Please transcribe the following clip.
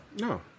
no